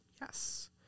Yes